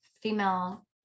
female